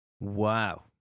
Wow